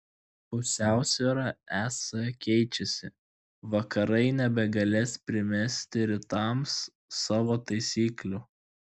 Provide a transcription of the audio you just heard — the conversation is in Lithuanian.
pusiausvyra es keičiasi vakarai nebegalės primesti rytams savo taisyklių